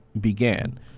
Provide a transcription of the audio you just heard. began